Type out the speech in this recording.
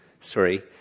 sorry